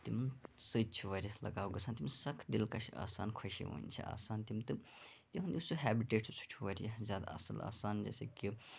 تمہِ سۭتۍ چھُ واریاہ لَگاو گَژھان تم سخت دِلکَش آسان خۄشوٕنۍ چھِ آسان تِم تہٕ تہُنٛد سُہ ہیبِٹیٹ چھُ سُہ چھُ واریاہ زیاد اصٕل آسان جیسے کہِ